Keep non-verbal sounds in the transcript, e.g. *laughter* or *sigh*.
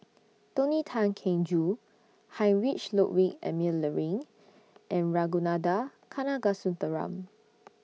*noise* Tony Tan Keng Joo Heinrich Ludwig Emil Luering and Ragunathar Kanagasuntheram *noise*